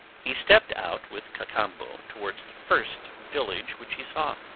he stepped out with cacambo towards the first village which he saw.